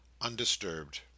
undisturbed